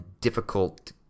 difficult